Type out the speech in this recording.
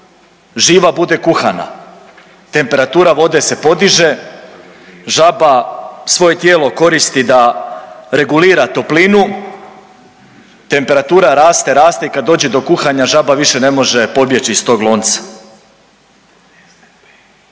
živa bude kuhana, temperature vode se podiže, žaba svoje tijelo koristi da regulira toplinu, temperatura raste, raste i kad dođe do kuhanja žaba više ne može pobjeći iz tog lonca.